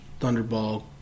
Thunderball